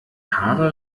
haare